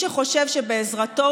שבאמת,